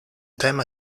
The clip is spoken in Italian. tema